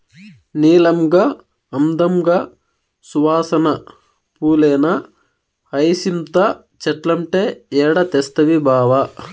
నీలంగా, అందంగా, సువాసన పూలేనా హైసింత చెట్లంటే ఏడ తెస్తవి బావా